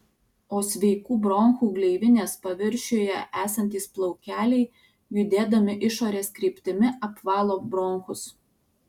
o sveikų bronchų gleivinės paviršiuje esantys plaukeliai judėdami išorės kryptimi apvalo bronchus